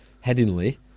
Headingly